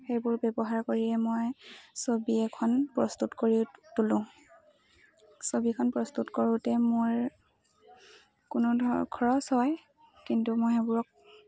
সেইবোৰ ব্যৱহাৰ কৰিয়ে মই ছবি এখন প্ৰস্তুত কৰি তোলোঁ ছবিখন প্ৰস্তুত কৰোঁতে মোৰ কোনো ধৰ খৰচ হয় কিন্তু মই সেইবোৰক